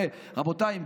הרי רבותיי,